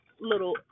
little